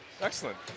Excellent